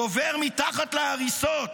קובר מתחת להריסות,